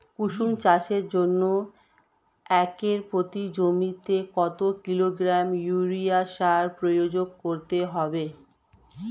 কুসুম চাষের জন্য একর প্রতি জমিতে কত কিলোগ্রাম ইউরিয়া সার প্রয়োগ করতে হবে?